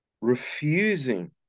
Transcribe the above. refusing